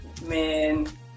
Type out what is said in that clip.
Man